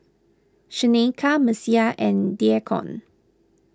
Shaneka Messiah and Deacon